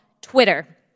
Twitter